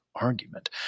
argument